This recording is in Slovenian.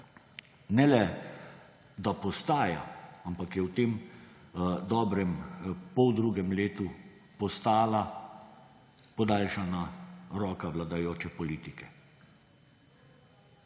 ne le, da postaja, ampak je v tem dobrem poldrugem letu postala podaljšana roka vladajoče politike.